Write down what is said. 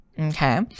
Okay